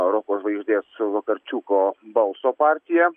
roko žvaigždės vakarčiuko balso partiją